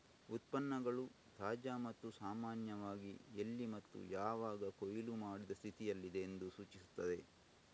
ಉತ್ಪನ್ನಗಳು ತಾಜಾ ಮತ್ತು ಸಾಮಾನ್ಯವಾಗಿ ಎಲ್ಲಿ ಮತ್ತು ಯಾವಾಗ ಕೊಯ್ಲು ಮಾಡಿದ ಸ್ಥಿತಿಯಲ್ಲಿದೆ ಎಂದು ಸೂಚಿಸುತ್ತದೆ